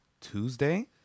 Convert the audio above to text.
tuesday